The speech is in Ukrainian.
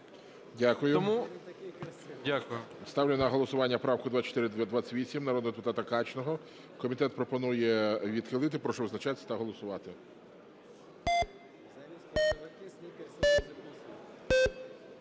Ставиться на голосування правка 2432 народного депутата Німченка. Комітет пропонує відхилити. Прошу визначатися та голосувати.